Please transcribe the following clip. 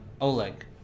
Oleg